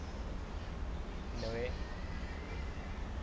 in a way